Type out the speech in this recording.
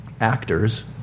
actors